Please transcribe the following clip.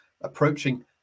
approaching